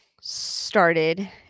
started